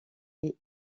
est